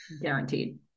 Guaranteed